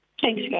Thanks